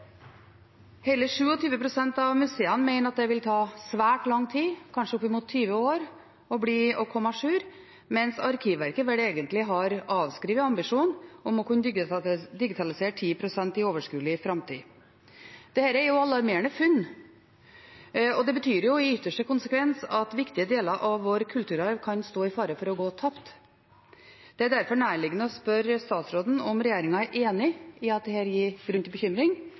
Hele 27 pst. av museene mener det vil ta svært lang tid, kanskje opp mot 20 år, å komme à jour, mens Arkivverket vel egentlig har avskrevet ambisjonen om å kunne digitalisere 10 pst. i overskuelig framtid. Dette er jo alarmerende funn, og det betyr i ytterste konsekvens at viktige deler av vår kulturarv kan stå i fare for å gå tapt. Det er derfor nærliggende å spørre statsråden om regjeringen er enig i at dette gir grunn til bekymring,